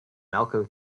malco